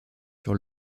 sur